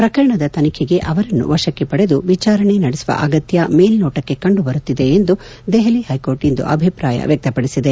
ಪ್ರಕರಣದ ತನಿಖೆಗೆ ಅವರನ್ನು ವಶಕ್ಕೆ ಪಡೆದು ವಿಚಾರಣೆ ನಡೆಸುವ ಅಗತ್ತ ಮೇಲ್ನೋಟಕ್ಕೆ ಕಂಡು ಬರುತ್ತಿದೆ ಎಂದು ದೆಹಲಿ ಹೈಕೋರ್ಟ್ ಇಂದು ಅಭಿಪ್ರಾಯ ವ್ಯಕ್ಷಪಡಿಸಿದೆ